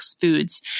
foods